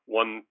one